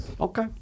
okay